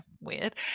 weird